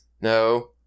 No